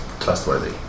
Trustworthy